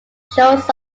shows